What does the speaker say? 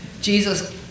Jesus